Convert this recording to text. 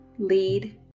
lead